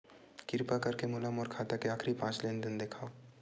किरपा करके मोला मोर खाता के आखिरी पांच लेन देन देखाव